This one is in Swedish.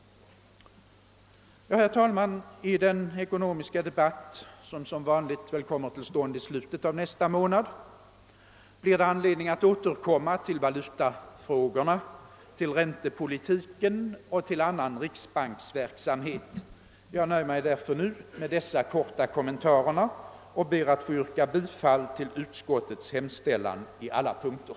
Herr talman! I den ekonomiska debatt som kommer att äga rum i slutet av nästa månad blir det anledning att återkomma till valutafrågorna, räntepolitiken och annan riksbanksverksamhet. Jag nöjer mig därför nu med dessa kommentarer och ber att få yrka bifall till utskottets hemställan på samtliga punkter.